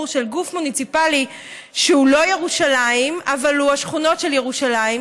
של גוף מוניציפלי שהוא לא ירושלים אבל הוא השכונות של ירושלים,